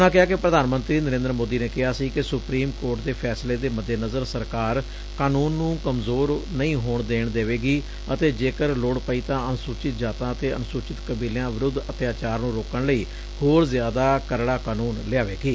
ਉਨ੍ਹਾਂ ਕਿਹਾ ਕਿ ਪ੍ਰਧਾਨ ਮੰਤਰੀ ਨਰੇਂਦਰ ਸੋਦੀ ਨੇ ਕਿਹਾ ਸੀ ਕਿ ਸੁਪਰੀਮ ਕੋਰਟ ਦੇ ਫੈਸਲੇ ਦੇ ਮੱਦੇ ਨਜ਼ਰ ਸਰਕਾਰ ਕਾਨ੍ਹੰਨ ਨ੍ਹੰ ਕਮਜ਼ੋਰ ਨਹੀ ਹੋਣ ਦੇਣ ਦੇਵੇਗੀ ਅਤੇ ਜੇਕਰ ਲੋੜ ਪਈ ਤਾ ਅਨੁਸੁਚਿਤ ਜਾਤਾ ਅਤੇ ਅਨੁਸੁਚਿਤ ਕਬੀਲਿਆ ਵਿਰੁੱਧ ਅਤਿਆਚਾਰ ਨੂੰ ਰੋਕਣ ਲਈ ਹੋਰ ਜ਼ਿਆਦਾ ਕਰਡਾ ਕਾਨੂੰਨ ਲਿਆਵੇਗੀ